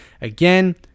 Again